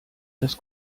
des